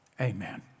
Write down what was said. Amen